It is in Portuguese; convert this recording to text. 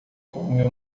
come